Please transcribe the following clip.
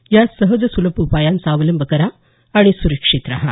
या सहज सुलभ उपायांचा अवलंब करा आणि सुरक्षित रहा